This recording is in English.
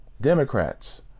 Democrats